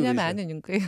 ne menininkui